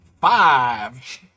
Five